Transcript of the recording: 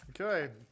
Okay